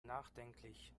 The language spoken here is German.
nachdenklich